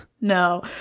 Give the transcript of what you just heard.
No